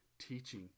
teaching